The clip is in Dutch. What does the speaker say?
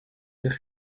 zich